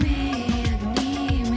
man